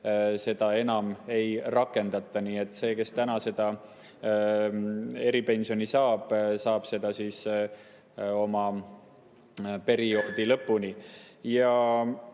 seda enam ei rakendata. Nii et see, kes täna eripensioni saab, saab seda oma perioodi lõpuni. Mis